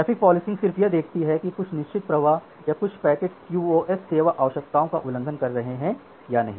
traffic policing सिर्फ यह देखती है कि कुछ निश्चित प्रवाह या कुछ पैकेट क्यूओएस सेवा आवश्यकताओं का उल्लंघन कर रहे हैं या नहीं